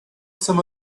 some